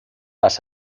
las